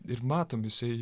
ir matom jisai